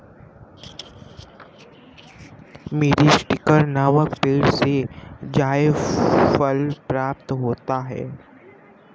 मीरीस्टिकर नामक पेड़ से जायफल प्राप्त होता है